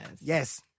Yes